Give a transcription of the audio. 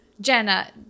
Jenna